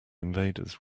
invaders